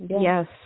Yes